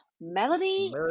Melody